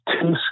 two